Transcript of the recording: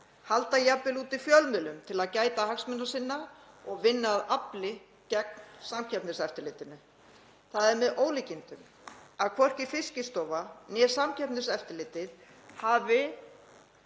halda jafnvel úti fjölmiðlum til að gæta hagsmuna sinna og vinna að afli gegn Samkeppniseftirlitinu. Það er með ólíkindum að hvorki Fiskistofa né Samkeppniseftirlitið hafi